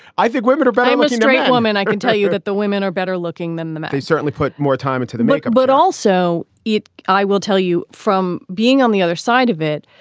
i think women are but buying um a straight woman. i can tell you that the women are better looking than the men who certainly put more time into the makeup but also it. i will tell you from being on the other side of it,